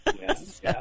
yes